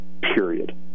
period